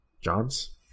Johns